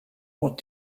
what